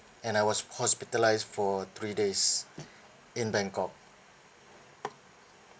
and I was hospitalised for three days in bangkok